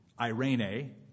irene